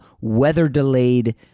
weather-delayed